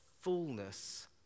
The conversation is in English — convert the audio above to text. fullness